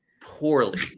poorly